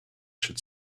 should